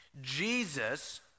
Jesus